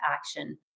action